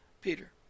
Peter